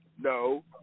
no